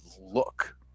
look